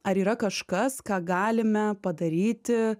ar yra kažkas ką galime padaryti